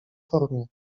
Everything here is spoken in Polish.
formie